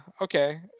okay